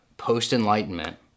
post-enlightenment